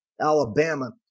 Alabama